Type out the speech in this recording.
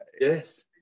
Yes